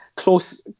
Close